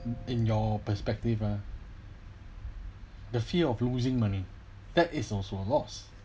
in in your perspective ah the fear of losing money that is also a loss